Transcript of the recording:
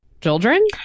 children